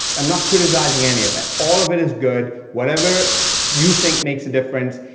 i'm not criticizing any of it, all of it is good, whatever you think makes a difference,